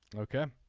okay.